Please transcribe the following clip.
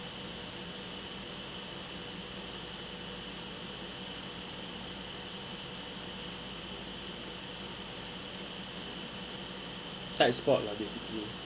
tight spot lah basically